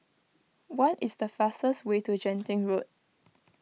what is the fastest way to Genting Road